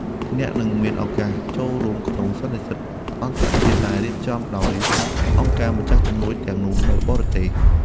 អ្នកនឹងមានឱកាសចូលរួមក្នុងសន្និសីទអន្តរជាតិដែលរៀបចំដោយអង្គការម្ចាស់ជំនួយទាំងនោះនៅបរទេស។